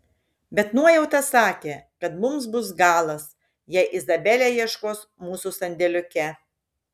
bet nuojauta sakė kad mums bus galas jei izabelė ieškos mūsų sandėliuke